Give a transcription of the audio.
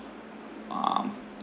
um